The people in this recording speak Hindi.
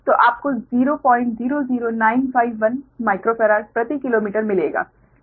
तो आपको 000951 माइक्रोफैराड प्रति किलोमीटर मिलेगा